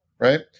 Right